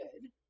good